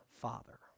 Father